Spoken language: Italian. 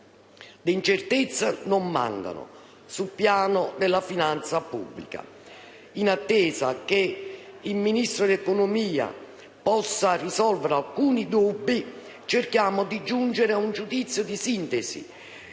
Le incertezze non mancano. Sul piano della finanza pubblica, in attesa che il Ministro dell'economia possa risolvere alcuni dubbi, cerchiamo di giungere ad un giudizio di sintesi